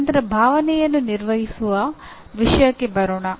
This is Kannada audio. ನಂತರ ಭಾವನೆಯನ್ನು ನಿರ್ವಹಿಸುವ ವಿಷಯಕ್ಕೆ ಬರೋಣ